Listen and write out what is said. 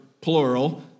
plural